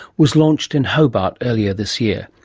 was launched in hobart earlier this year.